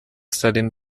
salim